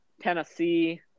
Tennessee